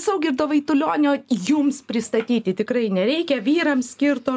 saugido vaitulionio jums pristatyti tikrai nereikia vyrams skirto